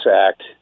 act